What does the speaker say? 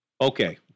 Okay